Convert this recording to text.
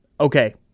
Okay